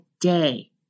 day